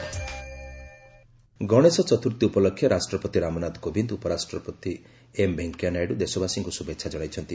ଗଣେଶପୂଜା ଗଣେଶ ଚତୁର୍ଥୀ ଉପଲକ୍ଷେ ରାଷ୍ଟ୍ରପତି ରାମନାଥ କୋବିନ୍ଦ ଉପରାଷ୍ଟ୍ରପତି ଏମ୍ ଭେଙ୍କିୟାନାଇଡୁ ଦେଶବାସୀଙ୍କୁ ଶୁଭେଚ୍ଛା ଜଣାଇଛନ୍ତି